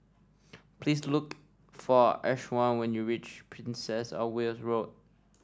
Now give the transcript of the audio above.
please look for Ishaan when you reach Princess Of Wales Road